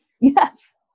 Yes